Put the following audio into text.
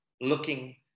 looking